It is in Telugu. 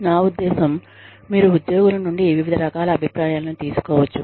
నా ఉద్దేశ్యం మీరు ఉద్యోగుల నుండి వివిధ రకాల అభిప్రాయాలను తీసుకోవచ్చు